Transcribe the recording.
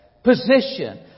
Position